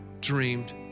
dreamed